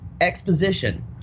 exposition